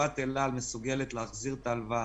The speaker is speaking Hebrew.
שחברת אל על מסוגלת להחזיר את ההלוואה,